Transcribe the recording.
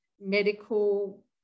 medical